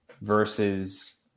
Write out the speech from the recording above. versus